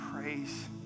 praise